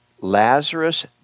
Lazarus